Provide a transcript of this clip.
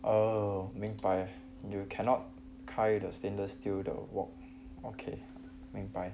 oh 明白 you cannot 开 the stainless steel the wok okay 明白